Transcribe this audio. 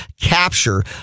capture